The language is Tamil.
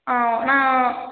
ஆ நான்